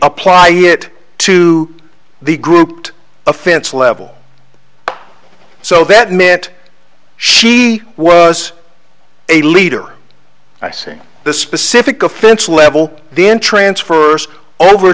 apply it to the grouped offense level so that mit she was a leader i see the specific offense level the in transfer over